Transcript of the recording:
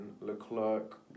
Leclerc